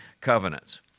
covenants